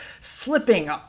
Slipping